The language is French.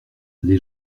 les